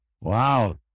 Wow